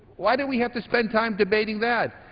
why do we have to spend time debating that?